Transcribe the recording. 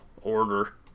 order